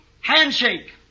handshake